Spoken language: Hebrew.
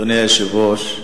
אדוני היושב-ראש,